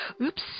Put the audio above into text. oops